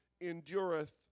endureth